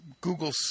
Google